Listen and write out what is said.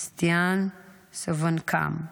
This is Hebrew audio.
סטיאן סוונאקאם,